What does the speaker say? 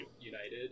United